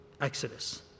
Exodus